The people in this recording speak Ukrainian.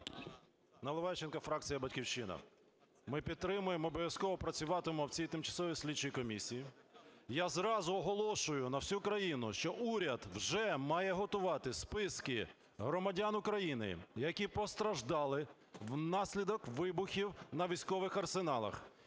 Наливайченко, фракція "Батьківщина". Ми підтримуємо, обов'язково працюватимемо в цій тимчасовій слідчій комісії. Я зразу оголошую на всю країну, що уряд вже має готувати списки громадян України, які постраждали внаслідок вибухів на військових арсеналах,